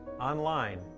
online